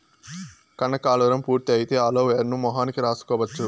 కనకాలురం పూర్తి అయితే అలోవెరాను మొహానికి రాసుకోవచ్చు